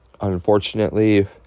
unfortunately